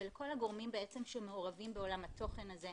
ולכל הגורמים בעצם שמעורבים בעולם התוכן הזה,